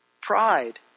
Pride